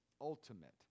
ultimate